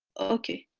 okay